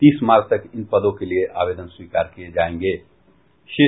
तीस मार्च तक इन पदों के लिए आवेदन स्वीकार किये जायेंगे